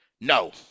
No